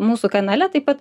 mūsų kanale taip pat